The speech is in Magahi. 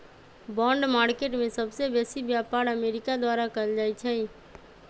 बॉन्ड मार्केट में सबसे बेसी व्यापार अमेरिका द्वारा कएल जाइ छइ